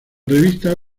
revista